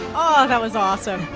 oh, that was awesome.